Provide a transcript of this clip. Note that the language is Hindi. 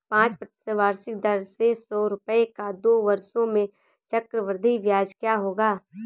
पाँच प्रतिशत वार्षिक दर से सौ रुपये का दो वर्षों में चक्रवृद्धि ब्याज क्या होगा?